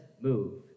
move